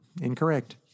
Incorrect